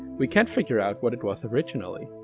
we can't figure out what it was originally.